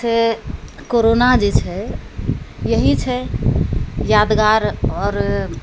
से corona जे छै इएह छै यादगार आओर